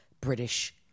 British